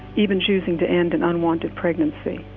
even choosing to end an unwanted pregnancy.